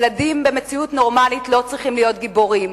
ילדים במציאות נורמלית לא צריכים להיות גיבורים.